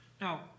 now